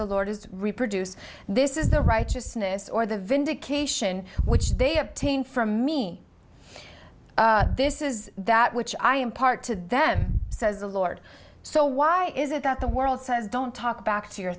the lord is to reproduce this is their righteousness or the vindication which they obtain for me this is that which i impart to them says the lord so why is it that the world says don't talk back to your